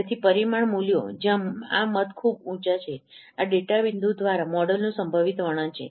તેથી પરિમાણ મૂલ્યો જ્યાં આ મત ખૂબ ઊંચા છે આ ડેટા બિંદુ દ્વારા મોડેલનું સંભવિત વર્ણન છે